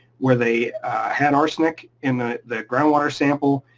where they had arsenic in ah the groundwater sample,